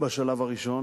בשלב הראשון,